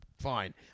fine